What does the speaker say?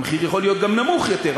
המחיר יכול להיות גם נמוך יותר,